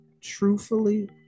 truthfully